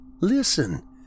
Listen